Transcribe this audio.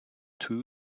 two